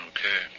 Okay